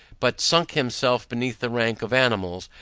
but sunk himself beneath the rank of animals,